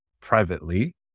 privately